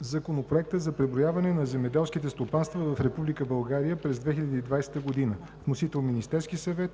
Законопроектът за преброяване на земеделските стопанства в Република България през 2020 г., вносител е Министерският съвет